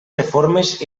reformes